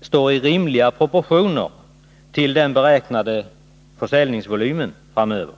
står i rimliga proportioner till den beräknade försäljningsvolymen framöver.